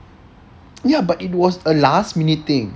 ya but it was a last minute thing